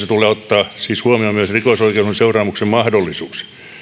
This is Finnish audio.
tulee ottaa siis huomioon myös rikosoikeudellisen seuraamuksen mahdollisuus